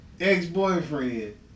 ex-boyfriend